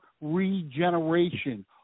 regeneration